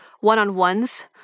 one-on-ones